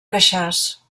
queixàs